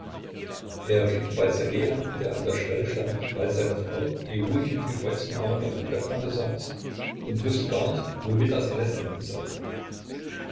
er blickte bald ssergej an der an der schwelle stand bald seine frau die ruhig mit gekreuzten armen auf dem bettrande saß und wußte gar nicht womit das alles enden sollte